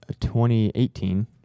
2018